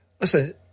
Listen